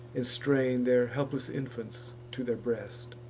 and strain their helpless infants to their breast.